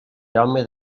jaume